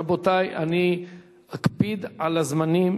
רבותי, אני אקפיד על הזמנים.